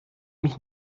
mich